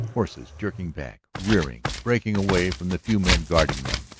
horses jerking back, rearing, breaking away from the few men guarding them.